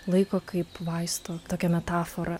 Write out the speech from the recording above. laiko kaip vaisto tokią metaforą